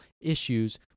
issues